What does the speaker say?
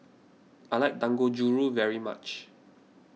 I like Dangojiru very much